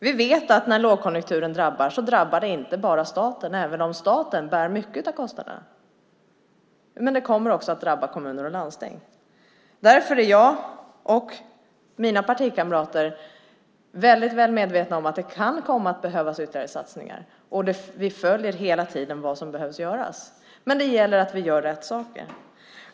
Vi vet att när lågkonjunkturen sätter in drabbas inte bara staten, även om staten bär mycket av kostnaden, utan även kommuner och landsting drabbas. Därför är jag och mina partikamrater väl medvetna om att det kan komma att behövas ytterligare satsningar. Vi följer hela tiden vad som behöver göras. Men det gäller att vi gör rätt saker.